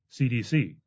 CDC